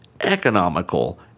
economical